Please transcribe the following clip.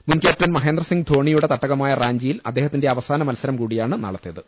മുൻക്യാപ്റ്റൻ Mahendra ധോണിയുടെ തട്ടകയമായ റാഞ്ചിയിൽ അദ്ദേഹ ത്തിന്റെ അവസാന മത്സരംകൂടിയാണ് നാളത്തേത്